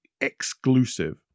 exclusive